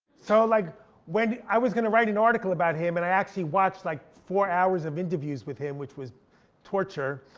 so like when i was gonna write an article about him, and i actually watched like four hours of interviews with him, which was torture.